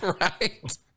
Right